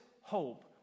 hope